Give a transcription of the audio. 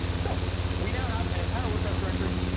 so we now have an entire wordpress directory.